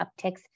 upticks